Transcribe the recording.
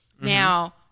Now